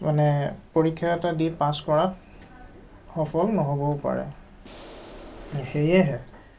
মানে পৰীক্ষা এটা দি পাছ কৰাত সফল নহ'বও পাৰে সেয়েহে